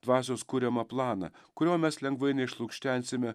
dvasios kuriamą planą kurio mes lengvai neišlukštensime